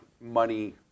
money